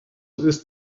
ist